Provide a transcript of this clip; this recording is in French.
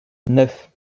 neuf